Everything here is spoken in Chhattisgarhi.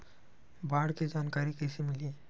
बाढ़ के जानकारी कइसे मिलही?